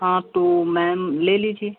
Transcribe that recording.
हाँ तो मैम ले लीजिए